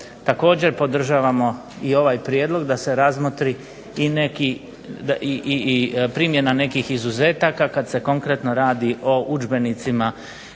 Također podržavamo i ovaj prijedlog da se razmotri i neki i primjena nekih izuzetaka kad se konkretno radi o udžbenicima